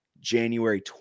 January